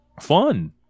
fun